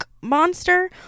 Monster